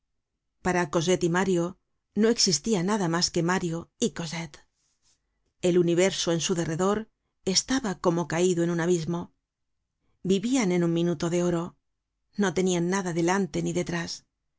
para cosette y mario no existia nada mas que mario y cosette el universo en su derredor estaba como caido en un abismo vivian en un minuto de oro no tenian nada delante ni detrás